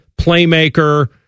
playmaker